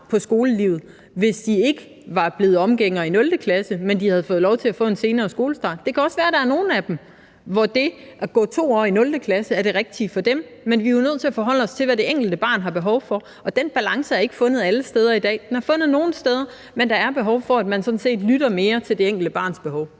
på skolelivet, hvis de ikke var blevet omgængere i 0. klasse, men havde fået lov til at få en senere skolestart. Det kan også være, at der er nogle af dem, hvor det at gå 2 år i 0. klasse er det rigtige for dem, men vi er jo nødt til at forholde os til, hvad det enkelte barn har behov for, og den balance er ikke fundet alle steder i dag. Den er fundet nogle steder, men der er behov for, at man lytter mere til det enkelte barns behov.